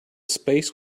space